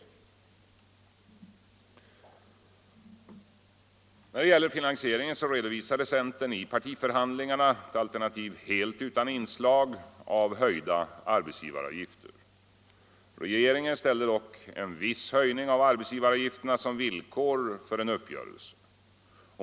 Vad i övrigt gäller finansieringen redovisade centern i partiförhandlingarna alternativ helt utan inslag av höjda arbetsgivaravgifter. Regeringen ställde dock en viss höjning av arbetsgivaravgifterna som villkor för en uppgörelse.